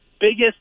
biggest